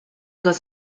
goes